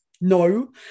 No